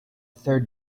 third